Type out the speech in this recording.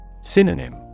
Synonym